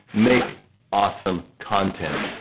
make awesome content.